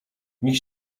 niech